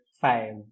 five